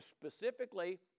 specifically